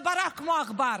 וברח כמו עכבר,